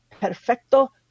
perfecto